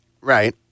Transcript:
Right